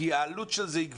כי העלות של זה היא גבוהה,